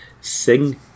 sing